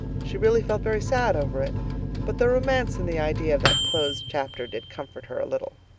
she really felt very sad over it but the romance in the idea of that closed chapter did comfort her a little.